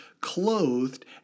clothed